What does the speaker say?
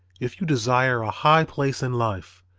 if you desire a high place in life,